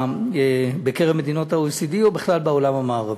בקרב מדינות ה-OECD ובכלל בעולם המערבי.